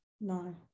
No